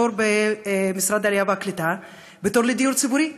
במשרד העלייה והקליטה בתור לדיור ציבורי.